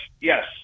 yes